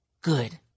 good